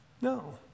No